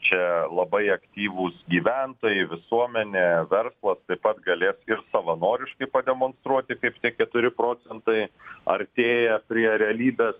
čia labai aktyvūs gyventojai visuomenė verslas taip pat galės ir savanoriškai pademonstruoti kaip tie keturi procentai artėja prie realybės